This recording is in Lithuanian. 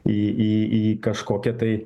į į į kažkokią tai